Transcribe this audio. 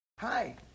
Hi